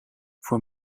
voor